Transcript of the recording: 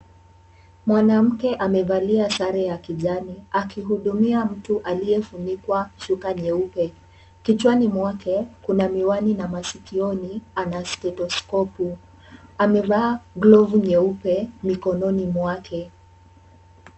Mwanamke amevalia sare ya kijani akihudumia mtu aliyefunikwa shuka nyeupe. Kichwani mwake kuna miwani na maskioni ana stethoskopu. Amevaa glovu nyeupe mikononi mwake.